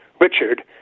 Richard